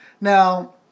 Now